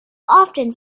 often